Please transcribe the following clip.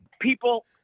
People